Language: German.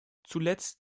zuletzt